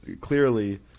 clearly